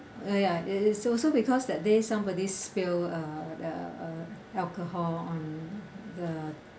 uh ya it is also because that day somebody spill uh uh uh alcohol on the